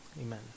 Amen